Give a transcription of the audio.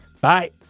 Bye